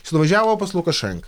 jis nuvažiavo pas lukašenką